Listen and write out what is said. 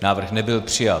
Návrh nebyl přijat.